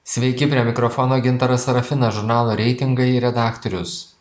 sveiki prie mikrofono gintaras sarafinas žurnalo reitingai redaktorius